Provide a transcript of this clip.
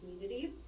community